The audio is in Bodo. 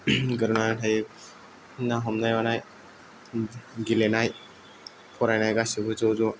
गोरोबलायनानै थायो ना हमनाय मानाय गेलेनाय फरायनाय गासिबो ज'ज'